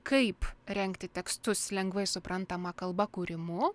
kaip rengti tekstus lengvai suprantama kalba kūrimu